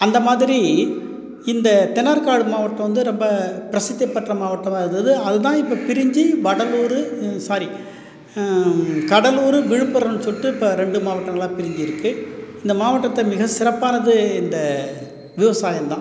அந்த மாதிரி இந்த தென்னாற்காடு மாவட்டம் வந்து ரொம்ப பிரசித்தி பெற்ற மாவட்டமாக இருந்துது அது தான் இப்போ பிரிஞ்சு வடலூரு சாரி கடலூரு விழுப்புரம்னு சொல்லிகிட்டு இப்போ ரெண்டு மாவட்டங்களாக பிரிஞ்சு இருக்குது இந்த மாவட்டத்தில் மிக சிறப்பானது இந்த விவசாயம் தான்